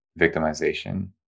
victimization